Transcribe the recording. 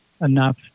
enough